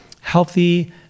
healthy